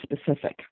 specific